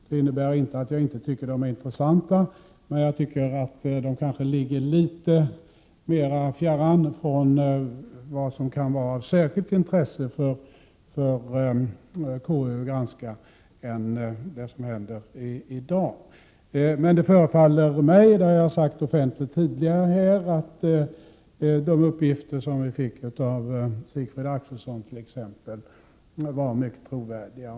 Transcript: Detta innebär inte att jag inte tycker att de är intressanta, men de ligger kanske litet mer fjärran från vad som kan vara av särskilt intresse för KU att granska än det som händer i dag. Det förefaller mig — vilket jag har sagt offentligt tidigare — att de uppgifter som vi fick av t.ex. Sigfrid Akselson var mycket trovärdiga.